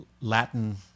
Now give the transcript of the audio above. Latin